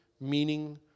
meaning